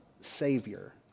savior